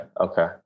okay